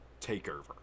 takeover